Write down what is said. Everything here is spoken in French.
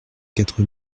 quatre